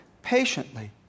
patiently